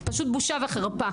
פשוט בושה וחרפה.